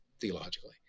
theologically